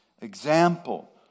example